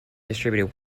distributed